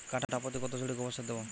কাঠাপ্রতি কত ঝুড়ি গোবর সার দেবো?